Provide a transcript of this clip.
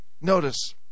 Notice